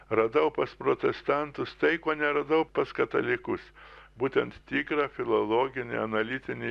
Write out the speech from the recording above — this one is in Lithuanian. radau pas protestantus tai ko neradau pas katalikus būtent tikrą filologinį analitinį